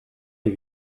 des